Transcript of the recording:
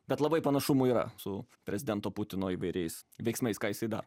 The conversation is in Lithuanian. bet labai panašumų yra su prezidento putino įvairiais veiksmais ką jisai daro